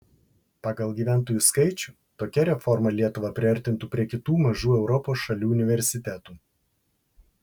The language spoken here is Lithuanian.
pagal gyventojų skaičių tokia reforma lietuvą priartintų prie kitų mažų europos šalių universitetų